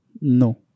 No